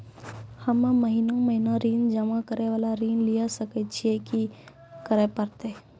हम्मे महीना महीना ऋण जमा करे वाला ऋण लिये सकय छियै, की करे परतै?